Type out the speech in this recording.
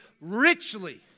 richly